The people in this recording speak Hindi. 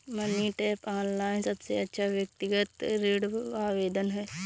मनी टैप, ऑनलाइन सबसे अच्छा व्यक्तिगत ऋण आवेदन है